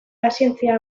pazientzia